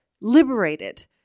liberated